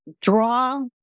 draw